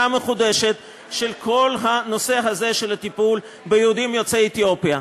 מחודשת של כל הנושא הזה של הטיפול ביהודים יוצאי אתיופיה,